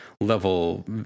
level